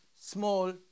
small